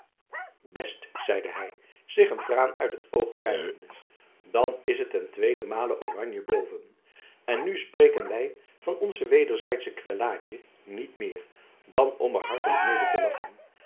best zeide hy zich een traan uit het oog wrijvende dan is het ten tweeden male oranje boven en nu spreken wy van onze wederzijdsche kwellaadje niet meer dan om er hartelijk mede te lachen